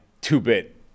two-bit